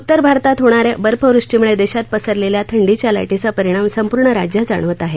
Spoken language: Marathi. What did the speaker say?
उत्तर भारतात होणाऱ्या बर्फवृष्टीमुळे देशात पसरलेल्या थंडीच्या लाटेचा परिणाम संपूर्ण राज्यात जाणवत आहे